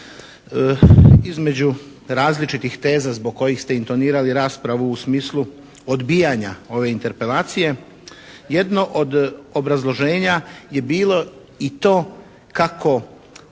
Između različitih teza zbog kojih ste intonirali raspravu u smislu odbijanja ove interpelacije, jedno od obrazloženja je bilo i to kako